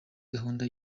gahunda